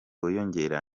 wiyongera